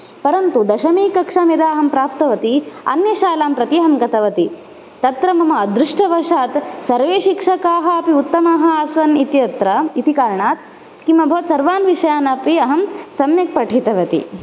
परन्तु दशमकक्षां यदा अहं प्राप्तवती अन्ये शालां प्रति अहं गतवती तत्र मम अदृष्टवशात् अर्वे शिक्षकाः अपि उत्तमाः आसन् इत्यत्र इति कारणात् किमभवत् सर्वान् विषयान् अपि अहं सम्यक् पठितवती